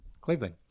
Cleveland